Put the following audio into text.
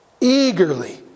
eagerly